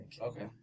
Okay